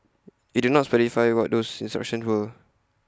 IT did not specify what those instructions were